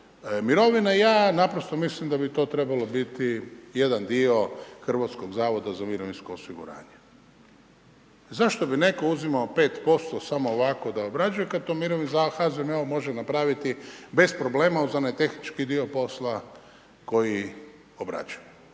mirovine. Ja naprosto mislim da bi to trebalo biti jedan dio Hrvatskog zavoda za mirovinsko osiguranje. Zašto bi netko uzimao 5% samo ovako da obrađuje, kad to HZMO može napraviti bez problema uz onaj tehnički dio posla koji obrađuje.